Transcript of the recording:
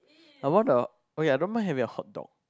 I want a okay I don't mind having a hot dog